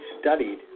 studied